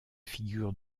figure